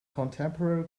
contemporary